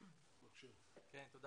בבקשה.